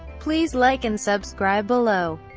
please like and subscribe below.